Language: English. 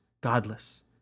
godless